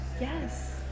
yes